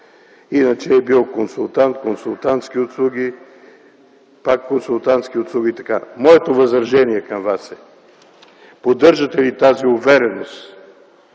Иначе е бил консултант – консултантски услуги, пак консултантски услуги. Моето възражение към Вас е: поддържате ли тази увереност,